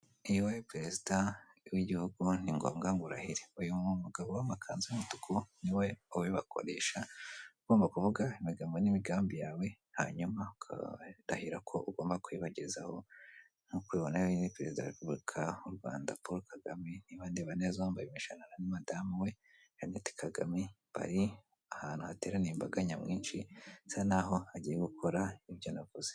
Iyo uri perezida w'igihugu ni ngombwa ngo urahire ,uyu mugabo w'amakanzu'umutuku niwe ubibakoresha ugomba kuvuga amagambo n'imigambi yawe, hanyuma ukarahira ko ugomba kwibagezaho ntukubona perezida wa repubulika y'u rwanda paul kagame niba ndeba neza wambaye imishataro na madamu we jeannette kagame bari ahantu hateraniye imbaga nyamwinshi basa n'aho agiye gukora ibyo navuze.